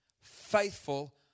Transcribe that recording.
faithful